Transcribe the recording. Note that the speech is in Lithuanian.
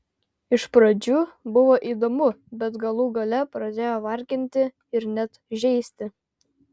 iš pradžių buvo įdomu bet galų gale pradėjo varginti ir net žeisti